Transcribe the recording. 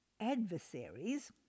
adversaries